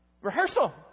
rehearsal